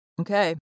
Okay